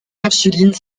ursulines